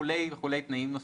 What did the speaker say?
וכולי תנאים נוספים.